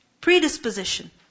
predisposition